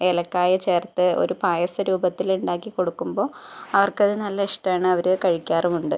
ഏലക്കായ ചേർത്ത് ഒരു പായസ രൂപത്തിലുണ്ടാക്കി കൊടുക്കുമ്പോൾ അവർക്ക് അത് നല്ല ഇഷ്ടാണ് അവരത് കഴിക്കാറുമുണ്ട്